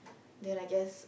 then I guess